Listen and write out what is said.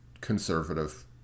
conservative